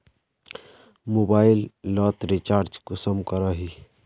Mobile लोत recharge कुंसम करोही?